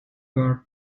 guard